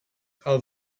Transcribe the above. are